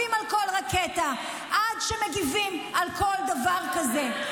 שמגיבים על כל רקטה, עד שמגיבים על כל דבר כזה.